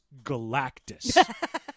Galactus